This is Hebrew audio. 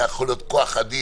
זה היה יכול להיות כוח אדיר.